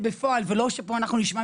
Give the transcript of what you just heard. לנו עבודה